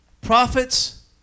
prophets